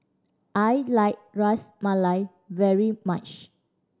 I like Ras Malai very much